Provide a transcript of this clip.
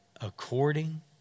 according